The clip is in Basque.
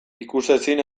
ikusezin